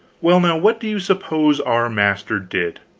well, now, what do you suppose our master did?